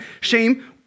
Shame